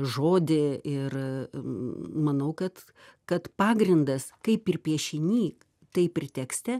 žodį ir manau kad kad pagrindas kaip ir piešiny taip ir tekste